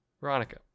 Veronica